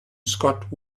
scott